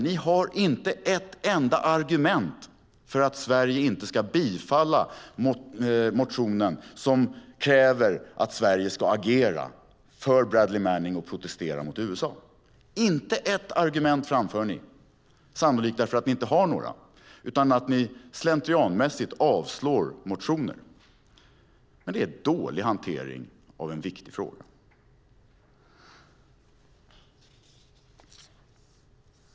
Ni har inte ett enda argument för att Sverige inte ska bifalla motionen som kräver att Sverige ska agera för Bradley Manning och protestera mot USA. Inte ett argument framför ni, sannolikt därför att ni inte har några. Ni avstyrker slentrianmässigt motioner. Det är en dålig hantering av en viktig fråga.